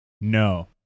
No